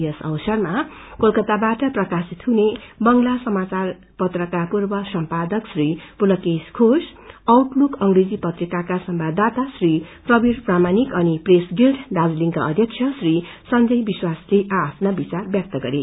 यस अवसरमा क्रेलकाताबाट प्रकाशित हुने बंगला समाचार पत्रका पूर्व सम्पादक श्री पुलकेशघेष आउट लुक अंग्रेजी पत्रिकाका संवाददाता श्री प्रविर प्रमाणिक अनि प्रेस गिल्ड दार्जीलिङका अध्यक्ष श्री संजय विश्वासले आ आफ्ना विचार व्यक्त गरे